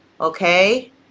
okay